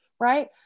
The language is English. right